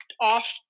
off